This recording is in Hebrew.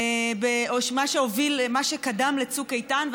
מה שקדם לצוק איתן,